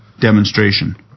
demonstration